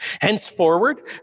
Henceforward